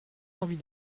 envie